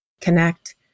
connect